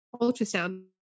ultrasound